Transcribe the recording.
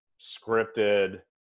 scripted